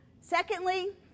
secondly